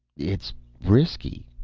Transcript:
it's risky.